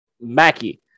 mackie